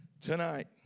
tonight